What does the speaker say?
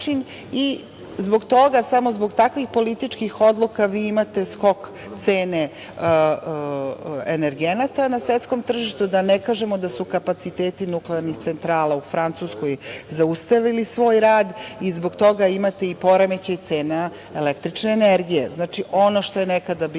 i zbog toga, zbog takvih političkih odluka, vi imate skok cene energenata na svetskom tržištu. Da ne kažemo da su kapaciteti nuklearnih centrala u Francuskoj zaustavili svoj rad i zbog toga imate i poremećaj cena električne energije. Znači, ono što je nekada bilo